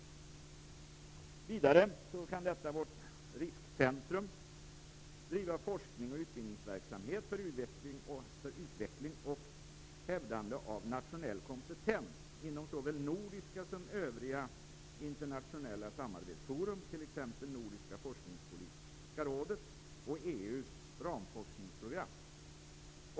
Vidare kan detta vårt riskcentrum driva forskningsoch utbildningsverksamhet för utveckling och hävdande av nationell kompetens inom såväl nordiska som övriga internationella samarbetsforum, t.ex. Nordiska forskningspolitiska rådet, och EU:s ramforskningsprogram.